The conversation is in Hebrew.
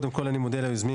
קודם כל אני מודה ליוזמים,